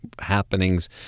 happenings